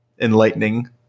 enlightening